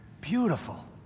Beautiful